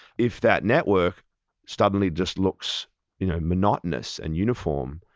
if that network suddenly just looks you know monotonous and uniform,